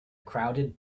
crowded